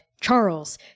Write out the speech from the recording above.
charles